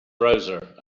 browser